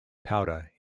powder